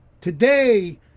today